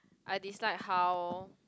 I dislike how